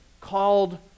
called